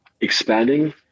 expanding